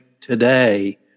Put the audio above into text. today